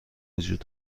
وجود